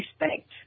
respect